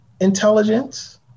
intelligence